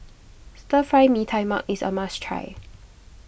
Stir Fry Mee Tai Mak is a must try